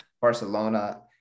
Barcelona